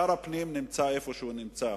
שר הפנים נמצא איפה שהוא נמצא